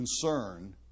concern